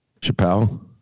Chappelle